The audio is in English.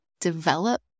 develop